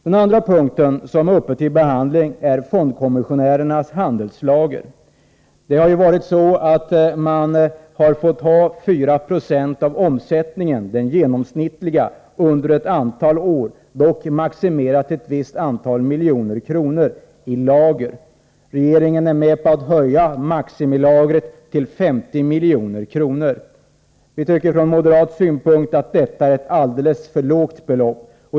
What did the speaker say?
Den andra punkten, som är uppe till behandling, gäller fondkommissionärernas handelslager. De har under ett antal år fått ha i lager 4 96 av den genomsnittliga omsättningen, dock maximerat till ett visst antal miljoner kronor. Regeringen går med på att höja maximilagret till 50 milj.kr. Vi moderater tycker att det är ett alltför lågt belopp.